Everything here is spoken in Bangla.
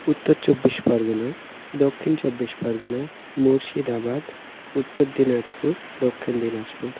উত্তর চব্বিশ পরগনা দক্ষিণ চব্বিশ পরগনা মুর্শিদাবাদ উত্তর দিনাজপুর দক্ষিণ দিনাজপুর